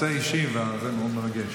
ברור, הנושא אישי, וזה מאוד מרגש.